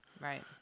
Right